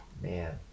man